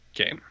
Okay